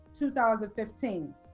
2015